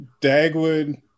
Dagwood